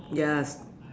yes